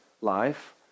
life